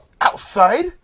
Outside